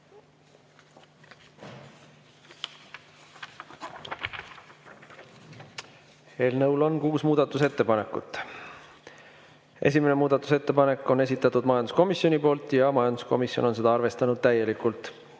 Eelnõu kohta on kuus muudatusettepanekut. Esimese muudatusettepaneku on esitanud majanduskomisjon ja majanduskomisjon on seda arvestanud täielikult.